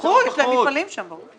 הלכו, יש להם מפעלים שם, ברור.